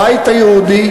הבית היהודי,